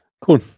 cool